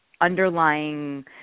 underlying